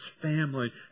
family